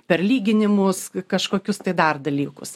per lyginimus kažkokius tai dar dalykus